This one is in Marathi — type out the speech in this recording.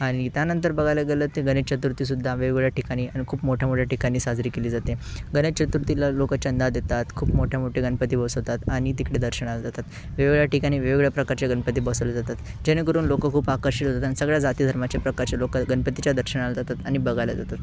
आणि त्यानंतर बघायला गेलं तर गणेश चतुर्थी सुद्धा वेगवेगळ्या ठिकाणी खूप मोठ्यामोठ्या ठिकाणी साजरी केली जाते गणेश चतुर्थीला लोकं चंदा देतात खूप मोठे मोठे गणपती बसवतात आणि तिकडे दर्शनाला जातात वेगवेगळ्या ठिकाणी वेगवेगळ्या प्रकारचे गणपती बसवले जातात जेणेकरून लोकं खूप आकर्षित होतात आणि सगळ्या जाती धर्माचे प्रकारचे लोकं गणपतीच्या दर्शनाला जातात आणि बघायला जातात